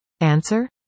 Answer